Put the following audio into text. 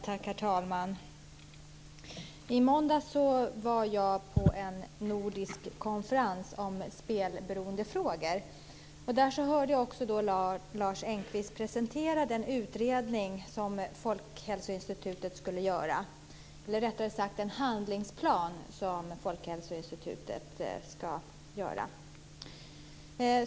Herr talman! I måndags var jag på en nordisk konferens om spelberoendefrågor. Jag fick då höra Lars Engqvist presentera den handlingsplan som Folkhälsoinstitutet ska utarbeta.